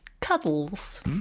Cuddles